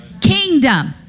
kingdom